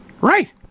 Right